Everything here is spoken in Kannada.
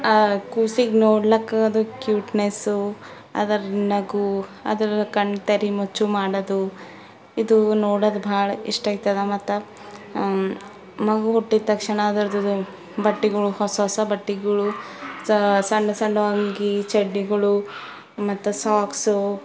ಕೂಸಿಗೆ ನೋಡ್ಲಿಕ್ಕ ಅದರ ಕ್ಯೂಟ್ನೆಸ್ಸು ಅದರ ನಗು ಅದರ ಕಣ್ಣು ತೆರಿ ಮುಚ್ಚು ಮಾಡೋದು ಇದು ನೋಡೋದು ಭಾಳ ಇಷ್ಟ ಆಯ್ತದ ಮತ್ತು ಮಗು ಹುಟ್ಟಿದ ತಕ್ಷಣ ಅದ್ರದ್ದು ಬಟ್ಟೆಗಳು ಹೊಸ ಹೊಸ ಬಟ್ಟೆಗಳು ಸಣ್ಣ ಸಣ್ಣ ಅಂಗಿ ಚಡ್ಡಿಗಳು ಮತ್ತು ಸಾಕ್ಸು